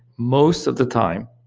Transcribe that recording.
most of the time,